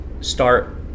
start